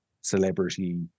celebrity